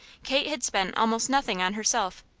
kate had spent almost nothing on herself.